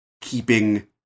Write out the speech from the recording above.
keeping